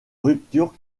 ruptures